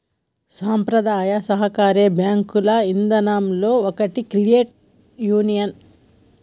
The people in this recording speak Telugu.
సంప్రదాయ సాకార బేంకు ఇదానంలో ఒకటి క్రెడిట్ యూనియన్